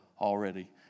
already